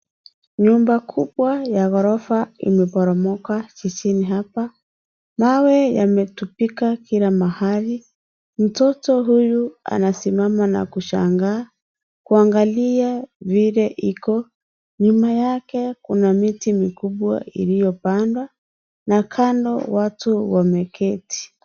Nyumba kubwa ya gorofa imeporomoka jijini hapa, mawe yametupika kila mahali, mtoro huyu anasimama na kushangaa kuangalia vile iko, nyuma yake kuna miti mikubwa iliyopanga na kando watu wameketi.